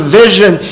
vision